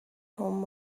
home